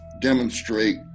demonstrate